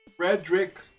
Frederick